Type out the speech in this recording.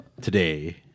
today